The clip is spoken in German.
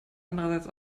andererseits